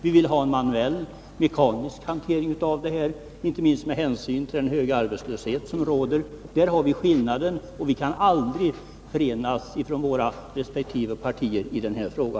Vi vill ha en manuell, mekanisk hantering, inte minst med hänsyn till den höga arbetslöshet som råder. Där har vi skillnaden, och våra resp. partier kan aldrig förenas i denna fråga.